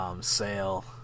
Sale